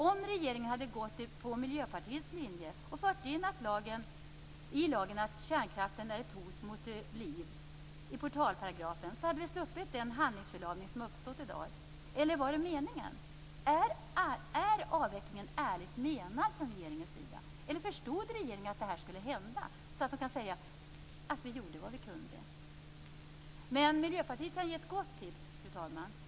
Om regeringen hade gått på Miljöpartiets linje och fört in i lagen att kärnkraften är ett hot mot liv i portalparagrafen, hade vi sluppit den handlingsförlamning som har uppstått i dag. Eller var det meningen? Är avvecklingen ärligt menad från regeringens sida? Eller förstod regeringen att det här skulle hända, så att den skulle kunna säga: Vi gjorde vad vi kunde. Miljöpartiet kan ge ett gott tips, fru talman.